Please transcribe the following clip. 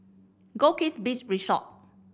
Goldkist Beach Resort